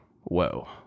whoa